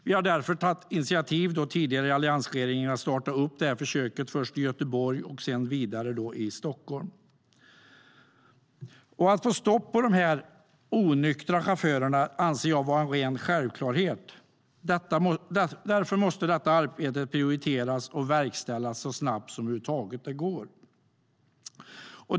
Vi har därför tidigare i alliansregeringen tagit initiativ till att starta försök först i Göteborg och sedan i Stockholm. Att få stopp på dessa onyktra chaufförer anser jag vara en ren självklarhet. Därför måste detta arbete prioriteras och verkställas så snabbt som det över huvud taget går.